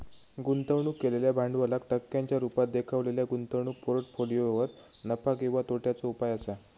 गुंतवणूक केलेल्या भांडवलाक टक्क्यांच्या रुपात देखवलेल्या गुंतवणूक पोर्ट्फोलियोवर नफा किंवा तोट्याचो उपाय असा